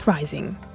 rising